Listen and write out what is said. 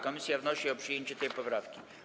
Komisja wnosi o przyjęcie tej poprawki.